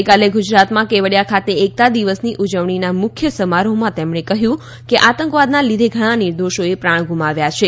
ગઈકાલે ગુજરાતમાં કેવડિયા ખાતે એકતા દિવસની ઉજવણીના મુખ્ય સમારોહમાં તેમણે કહ્યું કે આતંકવાદના લીધે ઘણાં નિર્દોષોએ પ્રાણ ગુમાવ્યા છે